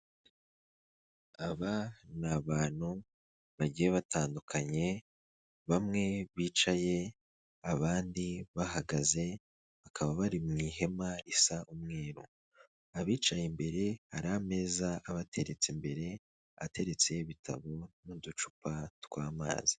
Aba ni abantu bagiye batandukanye bamwe bicaye abandi bahagaze bakaba bari mu ihema risa umweru, abicaye imbere hari ameza abateretse mbere ateretse ibitabo n'uducupa tw'amazi.